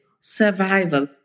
survival